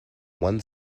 one